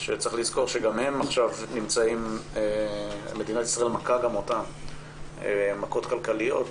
שצריך לזכור שמדינת ישראל מכה גם אותם מכות כלכליות.